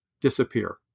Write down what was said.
disappear